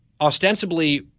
ostensibly